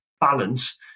balance